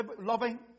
loving